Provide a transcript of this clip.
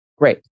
Great